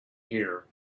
here